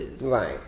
Right